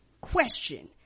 question